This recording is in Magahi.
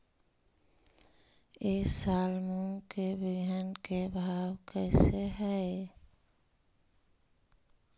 ई साल मूंग के बिहन के भाव कैसे हई?